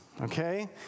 okay